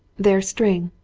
there string,